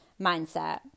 mindset